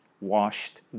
washed